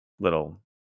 little